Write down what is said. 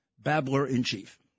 babbler-in-chief